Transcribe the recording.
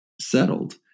settled